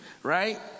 right